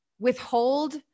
Withhold